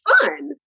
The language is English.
fun